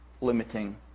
limiting